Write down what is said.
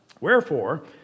Wherefore